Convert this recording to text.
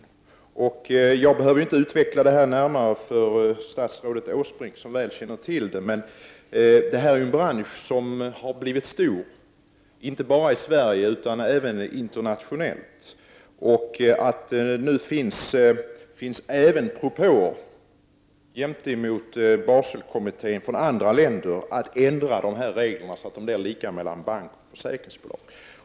Jag behöver inte utveckla detta närmare för statsrådet Åsbrink, som väl känner till det. Detta är en bransch som har blivit stor, inte bara i Sverige utan även internationellt. Det finns nu även propåer från andra länder gentemot Baselkommittén att ändra dessa regler så att det blir lika för bankoch försäkringsbolag.